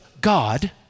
God